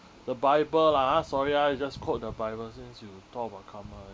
the bible lah ah sorry ah I just quote the bible since you talk about karma